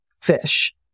fish